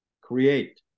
create